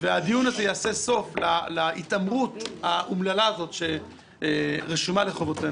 והדיון הזה יעשה סוף להתעמרות האומללה הזאת שרשומה לחובתנו.